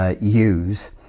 use